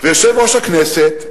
ויושב-ראש הכנסת,